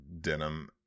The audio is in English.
denim